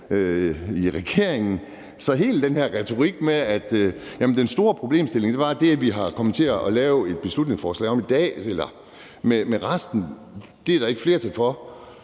i regeringen. Så der er hele den her retorik, og den store problemstilling er det, at man er kommet til at lave et beslutningsforslag, som der ikke er flertal for.